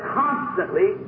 constantly